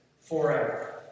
forever